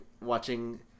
watching